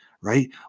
right